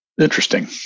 interesting